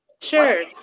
Sure